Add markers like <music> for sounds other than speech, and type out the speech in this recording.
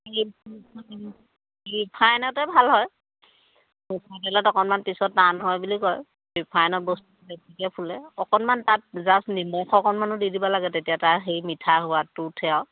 <unintelligible> ৰিফাইনতে ভাল হয় মিঠাতেলত অকণমান পিছত টান হয় বুলি কয় ৰিফাইনত বস্তুটো বেছিকৈ ফুলে অকণমান তাত জাষ্ট নিমখ অকণমানো দি দিব লাগে তেতিয়া তাৰ সেই মিঠা সোৱাদটো উঠে আৰু